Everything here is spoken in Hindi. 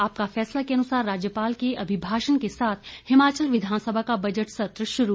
आपका फैसला के अनुसार राज्यपाल के अभिभाषण के साथ हिमाचल विधानसभा का बजट सत्र शुरू